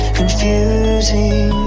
confusing